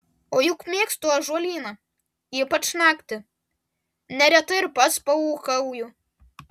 o juk mėgstu ąžuolyną ypač naktį neretai ir pats paūkauju